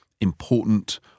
important